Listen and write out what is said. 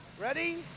Ready